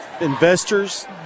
investors